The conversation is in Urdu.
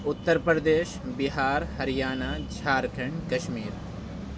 اتر پردیش بہار ہریانہ جھارکھنڈ کشمیر